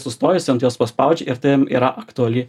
sustoja jis ant jos paspaudžia ir tai jam yra aktuali